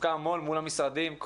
עסוקה המון מול המשרדים,